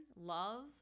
love